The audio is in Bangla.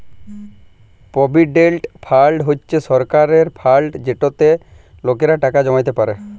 পভিডেল্ট ফাল্ড হছে সরকারের ফাল্ড যেটতে লকেরা টাকা জমাইতে পারে